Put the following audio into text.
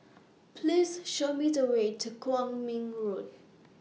Please Show Me The Way to Kwong Min Road